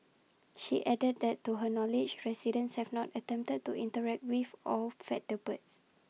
she added that to her knowledge residents have not attempted to interact with or feed the birds